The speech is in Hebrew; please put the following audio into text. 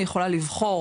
היא יכולה לבחור